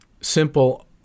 simple